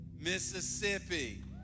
Mississippi